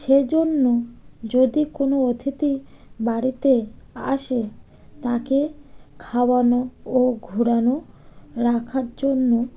সে জন্য যদি কোনো অথি বাড়িতে আসে তাকে খাওয়ানো ও ঘোরানো রাখার জন্য